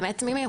הם באמת תמימים,